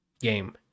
game